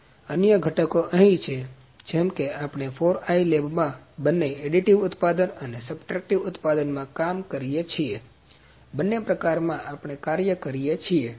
તેથી અન્ય ઘટકો અહીં છે જેમ કે આપણે 4i લેબમાં બંને એડિટિવ ઉત્પાદન અને સબટ્રેક્ટિવ ઉત્પાદનમાં કામ કરીએ છીએ તેથી બંને પ્રકારમાં આપણે કાર્ય કરીએ છીએ